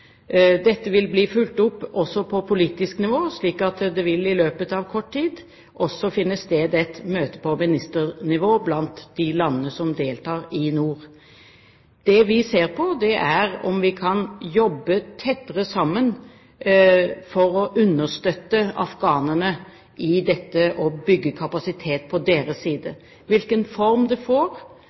Dette vil bli fulgt opp på politisk nivå, slik at det i løpet av kort tid også vil finne sted et møte på ministernivå blant de landene som deltar i nord. Det vi ser på, er om vi kan jobbe tettere sammen for å understøtte afghanerne i å bygge kapasitet på deres side. Hvilken form det får,